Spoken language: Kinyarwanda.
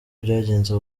byagenze